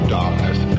darkness